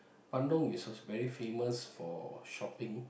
Bandung is also very famous for shopping